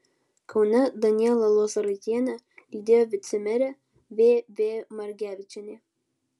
kaune danielą lozoraitienę lydėjo vicemerė v v margevičienė